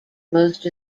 most